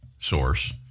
source